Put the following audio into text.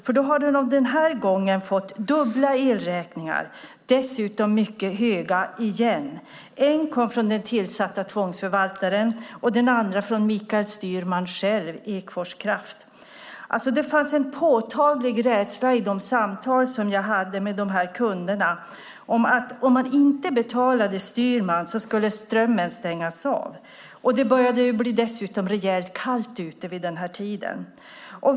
För den här gången hade de fått dubbla elräkningar, dessutom mycket höga. Den ena kom från den tillsatta tvångsförvaltaren, och den andra kom från Mikael Styrman själv, Ekfors Kraft. Det fanns en påtaglig rädsla i de samtal som jag hade med de här kunderna för att strömmen skulle stängas av om de inte betalade Styrman. Det började dessutom bli rejält kallt ute vid den här tiden.